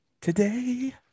Today